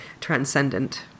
transcendent